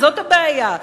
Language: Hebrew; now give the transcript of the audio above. זאת הבעיה.